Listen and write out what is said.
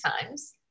times